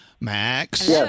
Max